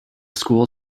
school